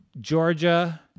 Georgia